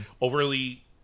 overly